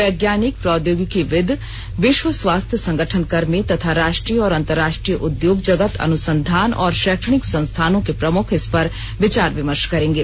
वैज्ञानिक प्रौद्योगिकीविद् विश्व स्वास्थ्य संगठन कर्मी तथा राष्ट्रीय और अंतर्राष्ट्रीय उद्योग जगत अनुसंधान और शैक्षणिक संस्थानों के प्रमुख इस पर विचार विमर्श करेंगे